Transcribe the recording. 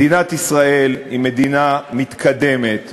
מדינת ישראל היא מדינה מתקדמת,